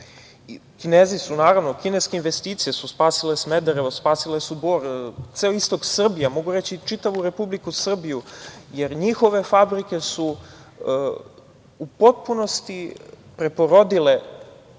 jedne snažne Kine. Kineske investicije su spasile Smederevo, spasile su Bor. Ceo istok Srbije, a mogu reći i čitavu Republiku Srbiju, jer njihove fabrike su u potpunosti preporodile